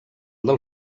del